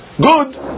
good